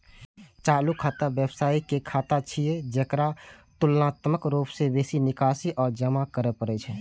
चालू खाता व्यवसायी के खाता छियै, जेकरा तुलनात्मक रूप सं बेसी निकासी आ जमा करै पड़ै छै